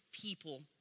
people